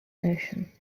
ocean